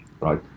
right